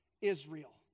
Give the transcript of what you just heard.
Israel